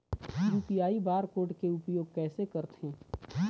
UPI bar code के उपयोग कैसे करथें?